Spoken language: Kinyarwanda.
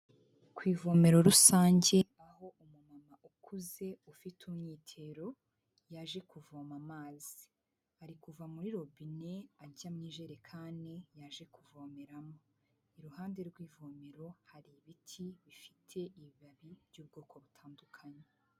Ku ivomero rusange aho umumama ukuze ufite umwitero yaje kuvoma amazi, ari kuva muri robine ajya mu ijerekani yaje kuvomeramo, iruhande rw'ivomero hari ibiti bifite ibibabi by'ubwoko butandukanye.